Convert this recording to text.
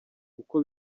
uko